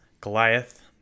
Goliath